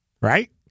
right